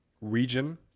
region